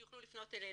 שיוכלו לפנות אלינו.